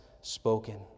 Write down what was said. spoken